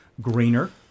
greener